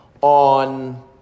on